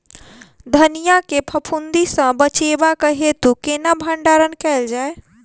धनिया केँ फफूंदी सऽ बचेबाक हेतु केना भण्डारण कैल जाए?